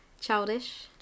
Childish